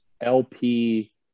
LP